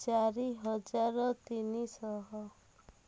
ଚାରିହଜାର ତିନିଶହ